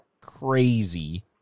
crazy